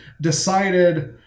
decided